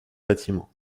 bâtiment